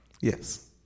Yes